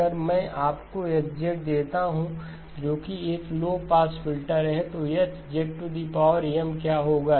अगर मैं आपको H देता हूं जो कि एक लो पास फिल्टर है तो H क्या होगा